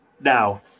Now